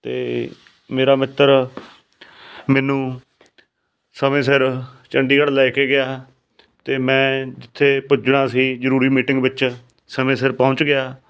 ਅਤੇ ਮੇਰਾ ਮਿੱਤਰ ਮੈਨੂੰ ਸਮੇਂ ਸਿਰ ਚੰਡੀਗੜ੍ਹ ਲੈ ਕੇ ਗਿਆ ਅਤੇ ਮੈਂ ਜਿੱਥੇ ਪੁੱਜਣਾ ਸੀ ਜ਼ਰੂਰੀ ਮੀਟਿੰਗ ਵਿੱਚ ਸਮੇਂ ਸਿਰ ਪਹੁੰਚ ਗਿਆ